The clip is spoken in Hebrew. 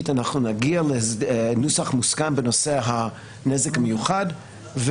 נגיע לנוסח מוסכם בנושא הנזק המיוחד.